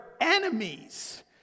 enemies